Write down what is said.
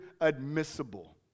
admissible